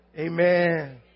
amen